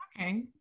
okay